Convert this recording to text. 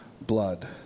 blood